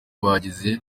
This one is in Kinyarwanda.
bagize